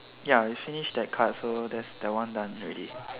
ya we finish that card so that's that one done ready